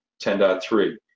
10.3